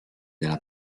della